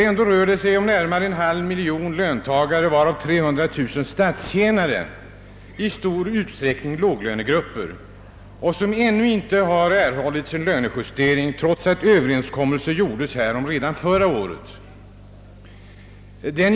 Ändå rör det sig om närmare en halv miljon löntagare, varav 300 000 statstjänare — i stor utsträckning i låglönegrupper — som ännu inte erhållit någon lönejustering, trots att överenskommelse härom träffades redan förra året.